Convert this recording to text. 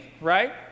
right